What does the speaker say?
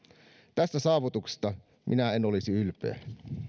tästä saavutuksesta minä en olisi ylpeä